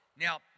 Now